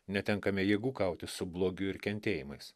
netenkame jėgų kautis su blogiu ir kentėjimais